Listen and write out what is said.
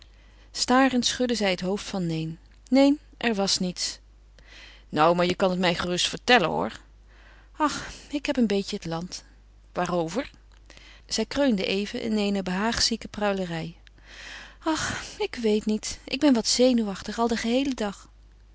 starend schudde zij het hoofd van neen neen er was niets nou maar je kan het mij gerust vertellen hoor ach ik heb een beetje het land waarover zij kreunde even in eene behaagzieke pruilerij ach ik weet niet ik ben wat zenuwachtig al den heelen dag